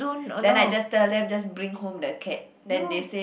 then I just tell them just bring home the cat then they said